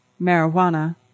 Marijuana